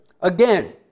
Again